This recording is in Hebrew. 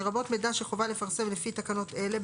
לרבות מידע שחובה לפרסם לפי תקנות אלה,